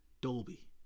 Dolby